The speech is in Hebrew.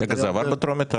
זה עבר בטרומית?